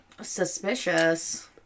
Suspicious